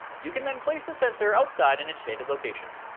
you can then place the sensor outside in its shaded location.